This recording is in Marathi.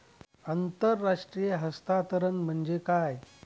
आंतरराष्ट्रीय हस्तांतरण म्हणजे काय?